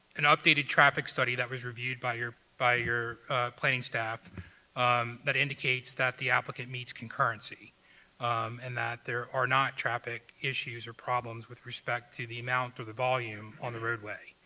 an updated traffic study that was reviewed by by your planning staff um that indicates that the applicant meets concurrency and that there are not traffic issues or problems with respect to the amount or the volume on the roadway.